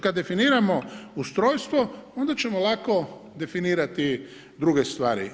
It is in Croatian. Kad definiramo ustrojstvo onda ćemo lako definirati druge stvari.